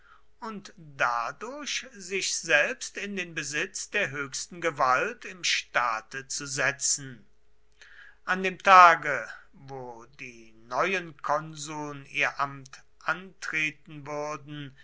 und dadurch sich selbst in den besitz der höchsten gewalt im staate zu setzen an dem tage wo die neuen konsuln ihr amt antreten würden